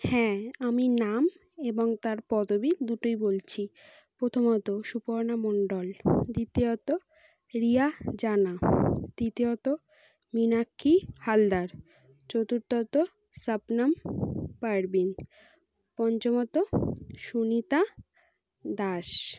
হ্যাঁ আমি নাম এবং তার পদবী দুটোই বলছি প্রথমত সুপর্ণা মণ্ডল দ্বিতীয়ত রিয়া জানা তৃতীয়ত মীনাক্ষী হালদার চতুর্থত শবনম পারভিন পঞ্চমত সুনিতা দাস